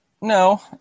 No